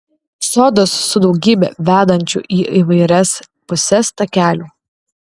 sodas su daugybe vedančių į įvairias puses takelių